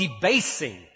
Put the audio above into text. debasing